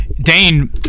Dane